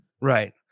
Right